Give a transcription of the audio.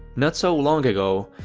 not so long ago,